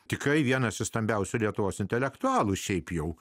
tikrai vienas iš stambiausių lietuvos intelektualų šiaip jau